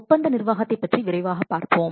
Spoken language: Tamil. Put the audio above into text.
ஒப்பந்த நிர்வாகத்தைப் பற்றி விரைவாகப் பார்ப்போம்